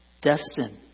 Destined